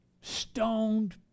stoned